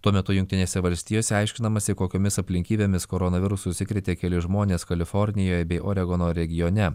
tuo metu jungtinėse valstijose aiškinamasi kokiomis aplinkybėmis koronavirusu užsikrėtė keli žmonės kalifornijoj bei oregono regione